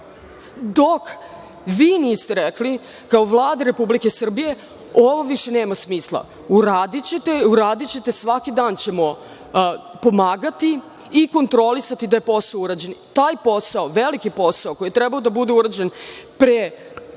Dok vi niste rekli, kao Vlada Republike Srbije, ovo više nema smisla, uradićete, svaki dan ćemo pomagati i kontrolisati da li je posao urađen. Taj posao, veliki posao koji je trebao da bude urađen pre